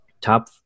top